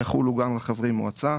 יחולו גם על חברי מועצה.